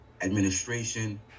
administration